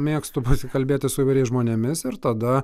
mėgstu pasikalbėti su įvairiais žmonėmis ir tada